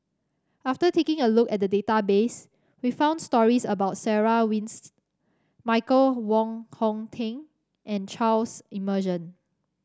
after taking a look at the database we found stories about Sarah Winstedt Michael Wong Hong Teng and Charles Emmerson